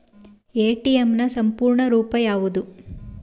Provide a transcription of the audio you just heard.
ATM ನ ಪೂರ್ಣ ರೂಪ ಯಾವುದು?